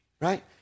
right